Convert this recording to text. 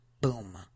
Boom